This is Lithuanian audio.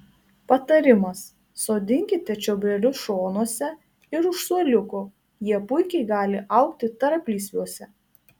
patarimas sodinkite čiobrelius šonuose ir už suoliuko jie puikiai gali augti tarplysviuose